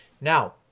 Now